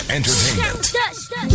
Entertainment